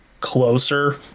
closer